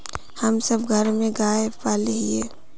हम सब घर में गाय पाले हिये?